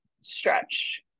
stretch